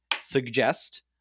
suggest